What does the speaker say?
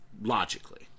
Logically